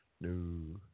No